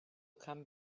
come